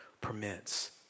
permits